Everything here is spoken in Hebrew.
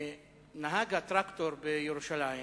נהג הטרקטור בירושלים,